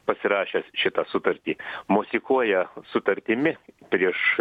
pasirašęs šitą sutartį mosikuoja sutartimi prieš